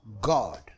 God